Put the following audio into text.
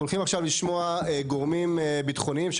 אנחנו הולכים עכשיו לשמוע גורמים ביטחוניים,